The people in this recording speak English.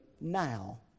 now